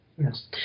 Yes